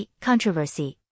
controversy